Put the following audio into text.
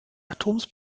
atoms